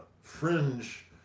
fringe